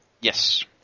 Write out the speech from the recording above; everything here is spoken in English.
Yes